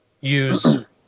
use